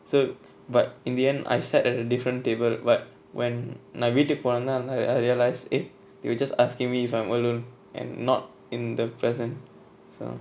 so but in the end I sat at a different table but when நா வீட்டுக்கு போனதாளதா:na veetuku ponathalatha I realised eh they were just asking me if I'm alone and not in the present so